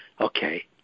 Okay